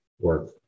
work